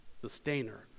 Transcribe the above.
sustainer